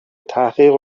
تحقیق